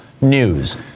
news